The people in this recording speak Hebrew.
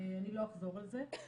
אני לא אחזור על זה.